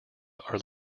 are